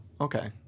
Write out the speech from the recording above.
Okay